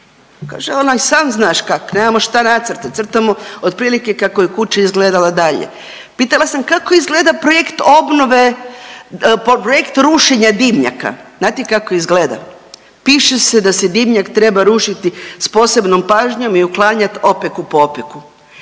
Kaže on, a i sam znaš kak nemamo šta nacrtat, crtamo otprilike kako je kuća izgledala dalje. Pitala sam kako izgleda projekt obnove, projekt rušenja dimnjaka? Znate kako izgleda, piše se da se dimnjak treba rušiti s posebnom pažnjom i uklanjat opeku po opeku.